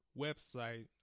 website